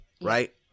Right